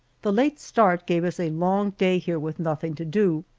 the late start gives us a long day here with nothing to do.